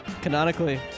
Canonically